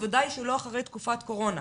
בוודאי שלא אחרי תקופת קורונה.